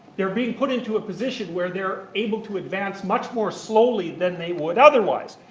they're being put into a position where they're able to advance much more slowly than they would otherwise.